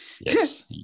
Yes